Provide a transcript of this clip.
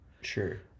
Sure